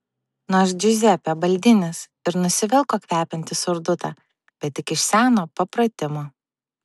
nors džiuzepė baldinis ir nusivilko kvepiantį surdutą bet tik iš seno papratimo